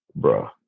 Bruh